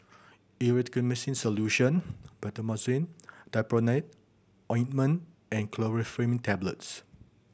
Erythroymycin Solution Betamethasone Dipropionate Ointment and Chlorpheniramine Tablets